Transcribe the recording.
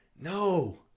No